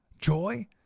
Joy